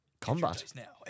Combat